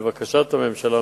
לבקשת הממשלה,